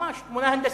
ממש תמונה הנדסית,